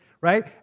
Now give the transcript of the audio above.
right